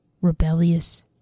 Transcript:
rebellious